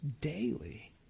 daily